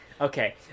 okay